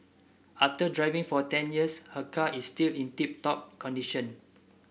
after driving for ten years her car is still in tip top condition